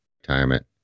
retirement